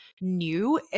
new